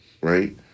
right